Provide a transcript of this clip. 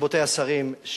רבותי השרים,